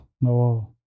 no